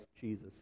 Jesus